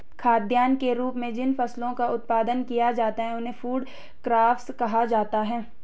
खाद्यान्न के रूप में जिन फसलों का उत्पादन किया जाता है उन्हें फूड क्रॉप्स कहा जाता है